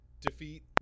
defeat